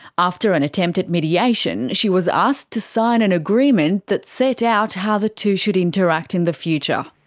after an attempt at mediation she was asked to sign an agreement that set out how the two should interact in the future.